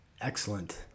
Excellent